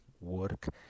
work